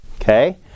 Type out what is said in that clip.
Okay